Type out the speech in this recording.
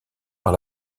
par